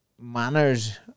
manners